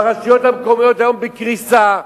והרשויות המקומיות היום בקריסה,